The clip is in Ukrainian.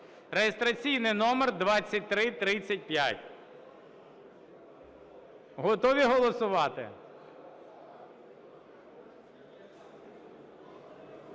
(реєстраційний номер 2335). Готові голосувати?